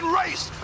race